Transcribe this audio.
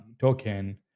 token